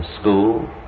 school